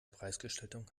preisgestaltung